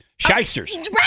Shysters